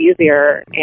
easier